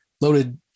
Loaded